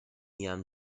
jam